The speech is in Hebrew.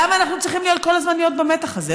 למה אנחנו צריכים כל הזמן להיות במתח הזה?